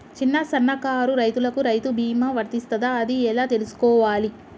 చిన్న సన్నకారు రైతులకు రైతు బీమా వర్తిస్తదా అది ఎలా తెలుసుకోవాలి?